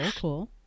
cool